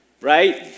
right